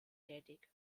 tätig